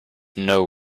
know